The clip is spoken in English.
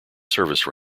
service